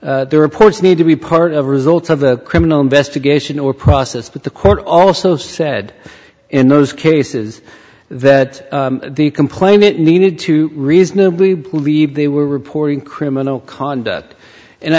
to their reports need to be part of result of the criminal investigation or process but the court also said in those cases that the complainant needed to reasonably believe they were reporting criminal conduct and